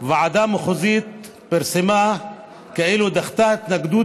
ועדה מחוזית פרסמה כאילו דחתה התנגדות